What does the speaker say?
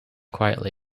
quietly